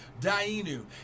Dainu